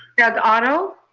doug otto.